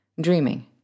dreaming